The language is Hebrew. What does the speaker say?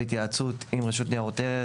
בהתייעצות עם רשות ניירות ערך,